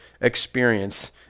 experience